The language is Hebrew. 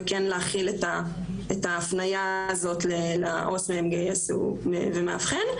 וכן להחיל את ההפניה הזאת לעו"ס מגייס ומאבחן,